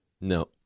No